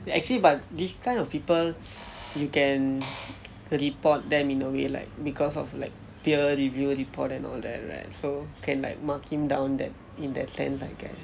actually but this kind of people you can report them in a way like because of like peer reviewed report and all that right so can like mark him down that in that sense I guess